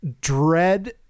dread